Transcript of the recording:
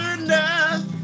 enough